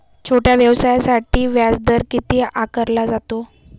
छोट्या व्यवसायासाठी व्याजदर किती आकारला जातो?